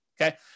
okay